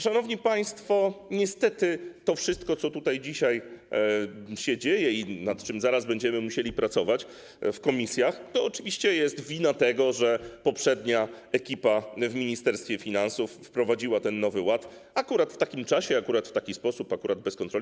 Szanowni państwo, niestety to wszystko, co tutaj dzisiaj się dzieje i nad czym zaraz będziemy musieli pracować w komisjach, to oczywiście jest wina tego, że poprzednia ekipa w Ministerstwie Finansów wprowadziła ten Nowy Ład akurat w takim czasie, akurat w taki sposób, akurat bez kontroli.